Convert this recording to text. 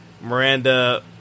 Miranda